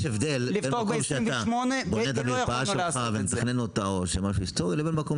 יש הבדל כי יש מקום שאתה בונה את המרפאה שלך ומתכנן אותה לבין מקום